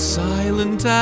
silent